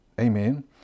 Amen